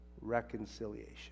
reconciliation